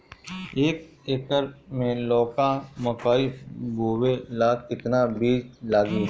एक एकर मे लौका मकई बोवे ला कितना बिज लागी?